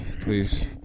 please